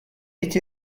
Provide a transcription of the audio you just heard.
эти